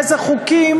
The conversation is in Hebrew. איזה חוקים,